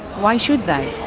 why should they?